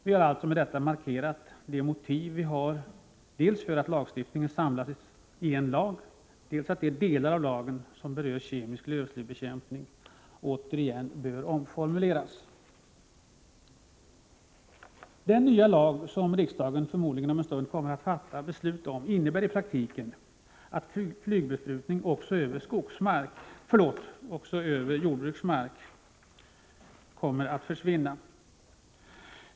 Vi har alltså med detta velat markera de motiv vi har dels för att lagstiftningen samlas i en lag, dels för att de delar av lagen som berör kemisk lövslybekämpning återigen bör omformuleras. Den nya lag som riksdagen förmodligen om en stund kommer att fatta beslut om innebär i praktiken att flygbesprutning också över jordbruksmark kommer att försvinna.